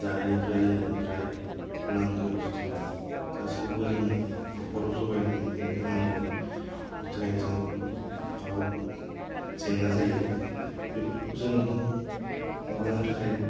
जानायनिफ्राय लोंनायनिफ्राय नांगौ बुस्तु गासिखौबो जोङो नखराव जगायनानै होनांगौ बिनि थाखायनो जोंहा बहुथ माबा जेंना जायो बेफोरखौ जों माबानो थाखाय